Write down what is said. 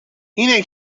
اینه